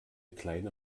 kleine